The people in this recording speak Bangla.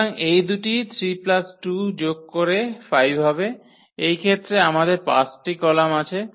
সুতরাং এই দুটি 3 2 যোগ করে 5 হবে এই ক্ষেত্রে আমাদের 5 টি কলাম আছে